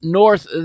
north